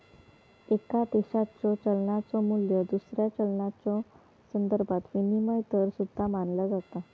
एका देशाच्यो चलनाचो मू्ल्य दुसऱ्या चलनाच्यो संदर्भात विनिमय दर सुद्धा मानला जाता